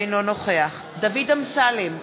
אינו נוכח דוד אמסלם,